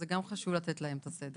שגם חשוב לתת להם את הסדר.